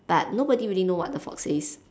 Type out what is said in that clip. but nobody really know what the fox says